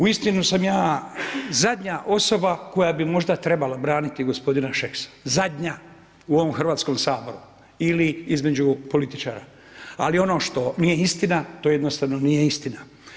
Uistinu sam ja zadnja osoba koja bi možda trebala braniti gospodina Šeksa, zadnja u ovom Hrvatskom saboru ili između političara, ali ono što nije istina to jednostavno nije istina.